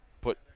put